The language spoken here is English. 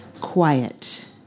quiet